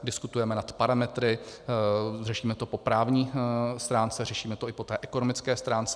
Diskutujeme nad parametry, řešíme to po právní stránce, řešíme to i po té ekonomické stránce.